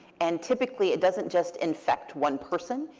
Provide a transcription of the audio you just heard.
and typically, it doesn't just infect one person,